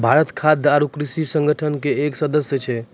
भारत खाद्य आरो कृषि संगठन के एक सदस्य छै